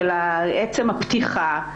של עצם הפתיחה,